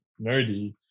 nerdy